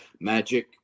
magic